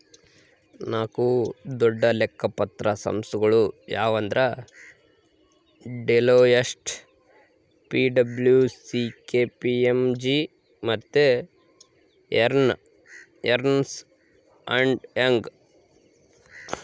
ನಾಕು ದೊಡ್ಡ ಲೆಕ್ಕ ಪತ್ರ ಸಂಸ್ಥೆಗುಳು ಯಾವಂದ್ರ ಡೆಲೋಯ್ಟ್, ಪಿ.ಡಬ್ಲೂ.ಸಿ.ಕೆ.ಪಿ.ಎಮ್.ಜಿ ಮತ್ತೆ ಎರ್ನ್ಸ್ ಅಂಡ್ ಯಂಗ್